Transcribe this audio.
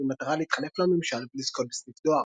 במטרה להתחנף לממשל ולזכות בסניף דואר.